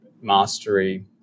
mastery